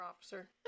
Officer